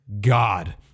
God